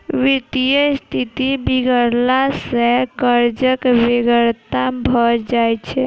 वित्तक स्थिति बिगड़ला सॅ कर्जक बेगरता भ जाइत छै